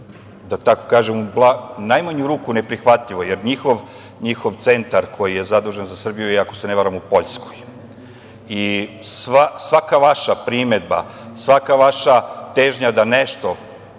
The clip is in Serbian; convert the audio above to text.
da tako kažem, u najmanju ruku, neprihvatljivo jer njihov centar koji je zadužen za Srbiju je, ako se ne varam, u Poljskoj. Svaka vaša primedba, svaka vaša težnja da nešto